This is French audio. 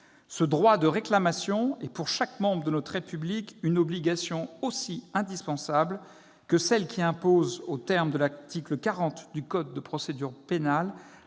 Ce « droit de réclamation » est pour chaque membre de notre République une obligation aussi indispensable que celle qui impose, aux termes de l'article 40 du code de procédure pénale,